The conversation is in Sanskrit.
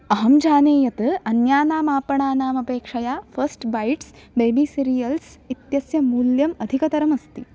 अहम् जाने यत् अन्यानाम् आपणानाम् अपेक्षया फ़स्ट् बैट्स् बेबी सीरियल्स् इत्यस्य मूल्यम् अधिकतरम् अस्ति